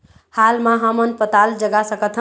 हाल मा हमन पताल जगा सकतहन?